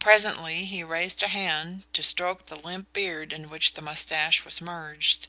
presently he raised a hand to stroke the limp beard in which the moustache was merged